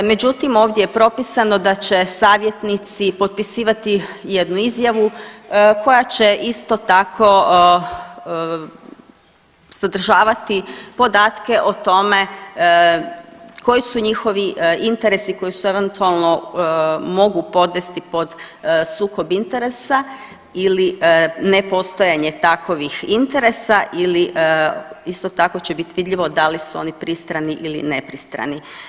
Međutim, ovdje je propisano da će savjetnici potpisivati jednu izjavu koja će isto tako sadržavati podatke o tome koji su njihovi interesi koji se eventualno mogu podvesti pod sukob interesa ili ne postojanje takovih interesa ili isto tako će bit vidljivo da li su oni pristrani ili nepristrani.